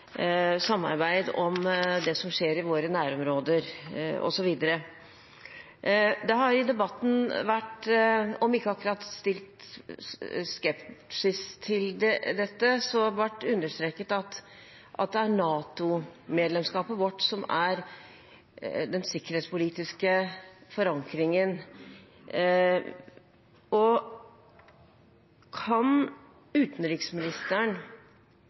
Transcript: samarbeid om det som skjer i våre nærområder, osv. Det har i debatten vært om ikke akkurat skepsis til dette, så iallfall understrekninger av at det er NATO-medlemskapet vårt som er den sikkerhetspolitiske forankringen. Kan utenriksministeren